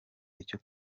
icyo